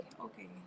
okay